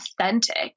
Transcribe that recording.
authentic